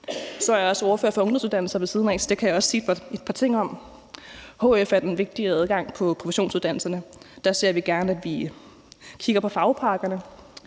det her også ordfører for ungdomsuddannelser, så det kan jeg også sige et par ting om. Hf er den vigtige adgang til professionsuddannelserne. Der ser vi gerne, at vi kigger på fagpakkerne.